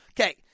Okay